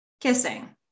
kissing